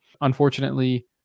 Unfortunately